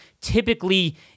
typically